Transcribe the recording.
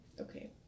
Okay